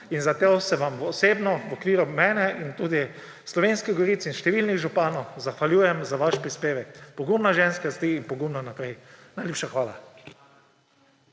Za to se vam osebno, v svojem imenu in tudi v imenu Slovenskih Goric in številnih županov zahvaljujem za vaš prispevek. Pogumna ženska ste vi in pogumno naprej. Najlepša hvala.